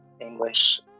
English